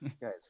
Guys